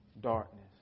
darkness